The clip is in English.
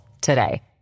today